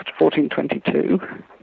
1422